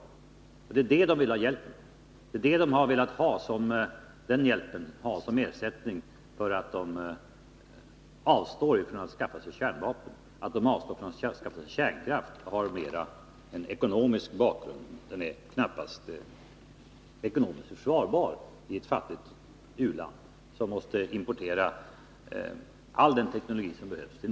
Det är det de vill ha hjälp med. Det är den hjälpen de har velat ha som ersättning för att de avstår från att skaffa sig kärnvapen. Det förhållandet att de avstår från att skaffa sig kärnkraft har mer en ekonomisk bakgrund — den är knappast ekonomiskt försvarbar i ett fattigt u-land, som till mycket stora kostnader måste importera all den teknologi som behövs.